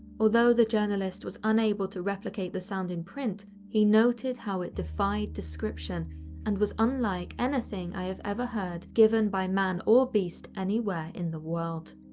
although the journalist was unable to replicate the sound in print, he noted how it defied description and was unlike anything i have ever heard given by man or beast anywhere in the world.